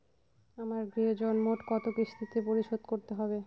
আমার গৃহঋণ মোট কত কিস্তিতে পরিশোধ করতে হবে?